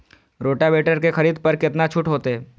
Rotavator के खरीद पर केतना छूट होते?